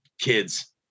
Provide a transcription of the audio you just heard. kids